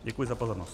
Děkuji za pozornost.